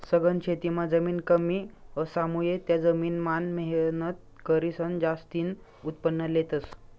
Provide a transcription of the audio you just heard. सघन शेतीमां जमीन कमी असामुये त्या जमीन मान मेहनत करीसन जास्तीन उत्पन्न लेतस